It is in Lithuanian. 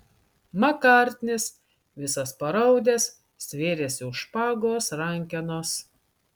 makartnis visas paraudęs stvėrėsi už špagos rankenos